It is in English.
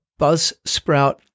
Buzzsprout